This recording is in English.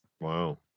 Wow